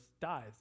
dies